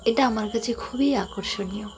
এটা আমার কাছে খুবই আকর্ষণীয়